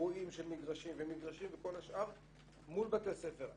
קירויים של מגרשים וכל השאר מול בתי הספר.